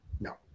no